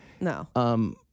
No